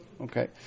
Okay